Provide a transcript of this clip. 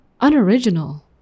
unoriginal